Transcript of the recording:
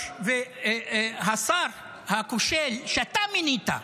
והשר הכושל שאתה מינית,